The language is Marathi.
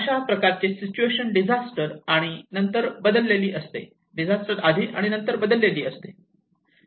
अशा प्रकारचे सिच्युएशन डिझास्टर आधी आणि नंतर बदललेली असते